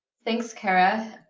thanks, kara.